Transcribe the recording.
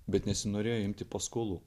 bet nesinorėjo imti paskolų